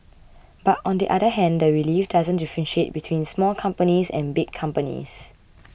but on the other hand the relief doesn't differentiate between small companies and big companies